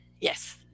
yes